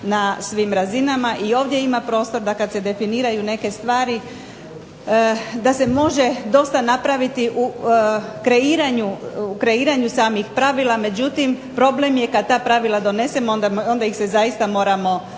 na svim razinama i ovdje ima prostor da kada se definiraju neke stvari da se može dosta napraviti u kreiranju samih pravila međutim, problem je kada ta pravila donesemo moramo ih se zaista pridržavati,